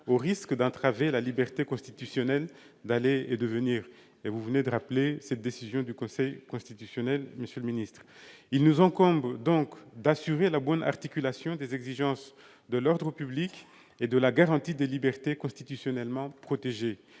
au risque d'entraver la liberté constitutionnelle d'aller et de venir. Vous venez de rappeler la décision du Conseil constitutionnel, monsieur le secrétaire d'État. Il nous incombe donc d'assurer la bonne articulation des exigences de l'ordre public et de la garantie des libertés constitutionnellement protégées.